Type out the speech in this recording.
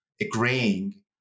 agreeing